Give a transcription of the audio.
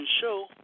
show